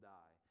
die